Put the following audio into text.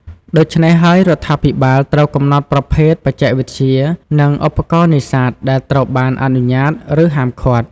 ដូច្នេះហើយ រដ្ឋាភិបាលត្រូវកំណត់ប្រភេទបច្ចេកវិទ្យា និងឧបករណ៍នេសាទដែលត្រូវបានអនុញ្ញាត ឬហាមឃាត់។